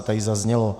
Tady zaznělo: